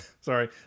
Sorry